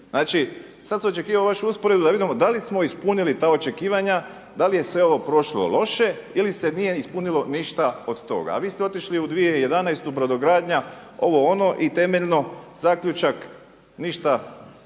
Znači sad sam očekivao vašu usporedbu da vidimo da li smo ispunili ta očekivanja, da li je sve ovo prošlo loše ili se nije ispunilo ništa od toga. A vi ste otišli u 2011. brodogradnja, ovo ono i temeljno zaključak ništa,